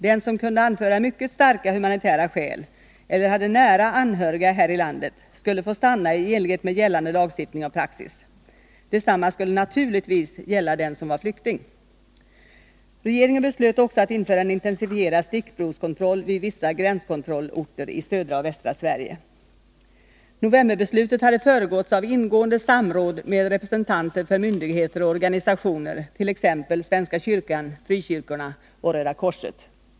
Den som kunde anföra mycket starka humanitära skäl eller hade nära anhöriga här i landet skulle få stanna i enlighet med gällande lagstiftning och praxis. Detsamma skulle naturligtvis gälla den som var flykting. Regeringen beslöt också att införa en intensifierad stickprovskontroll vid vissa gränskontrollorter i södra och västra Sverige. Novemberbeslutet hade föregåtts av ingående samråd med representanter för myndigheter och organisationer, t.ex. svenska kyrkan, frikyrkorna och Röda korset.